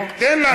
תן לנו.